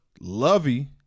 Lovey